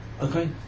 Okay